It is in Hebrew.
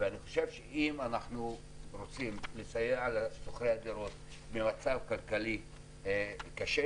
ואני חושב שאם אנחנו רוצים לסייע לשוכרי הדירות במצב כלכלי קשה,